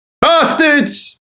Bastards